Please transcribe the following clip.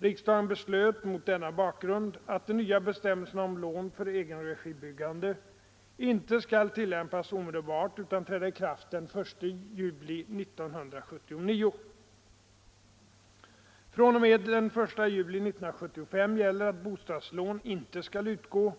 Riksdagen beslöt mot denna bakgrund att de nya bestämmelserna om lån för egenregibyggande inte skall tillämpas omedelbart utan träda i kraft den 1 juli 1979. fr.o.m. den 1 juli 1975 gäller att bostadslån inte skall utgå